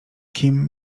kim